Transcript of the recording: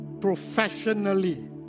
professionally